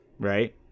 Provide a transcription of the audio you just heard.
right